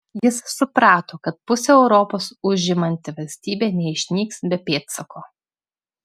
jis suprato kad pusę europos užimanti valstybė neišnyks be pėdsako